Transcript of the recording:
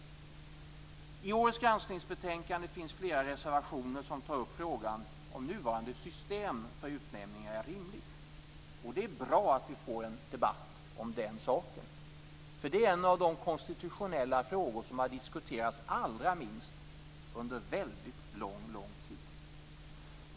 Till årets granskningsbetänkande har fogats flera reservationer som tar upp frågan om nuvarande system för utnämningar är rimligt. Det är bra att vi får en debatt om den saken. Det är en av de konstitutionella frågor som har diskuterats allra minst under väldigt lång tid.